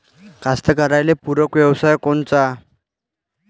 कास्तकाराइले पूरक व्यवसाय कोनचा?